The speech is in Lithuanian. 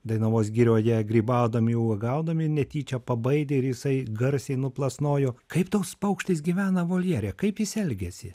dainavos girioje grybaudami uogaudami netyčia pabaidė ir jisai garsiai nuplasnojo kaip toks paukštis gyvena voljere kaip jis elgiasi